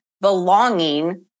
belonging